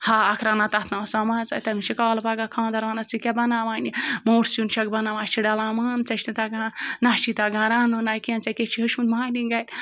ہاکھ رَنان تَتھ نہٕ آسان مَزَے تٔمِس چھِ کالہٕ پَگاہ خاندار وَنان ژٕ کیٛاہ بَناوان یہِ موٗٹھ سیُن چھَکھ بناوان اَسہِ چھُ ڈَلان من ژےٚ چھِی نہٕ تَگان نہ چھی تَگان رَنُن نہ کینٛہہ ژےٚ کیٛاہ چھِ ہیوٚچھمُت مالِنۍ گَرِ